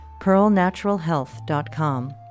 pearlnaturalhealth.com